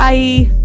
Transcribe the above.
Bye